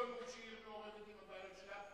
לא לוד שהיא עיר מעורבת עם הבעיות שלה.